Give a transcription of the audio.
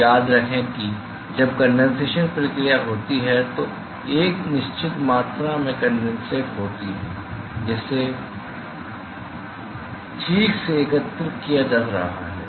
तो याद रखें कि जब कंडेंसेशन प्रक्रिया होती है तो एक निश्चित मात्रा में कनडेनसेट होती है जिसे ठीक से एकत्र किया जा रहा है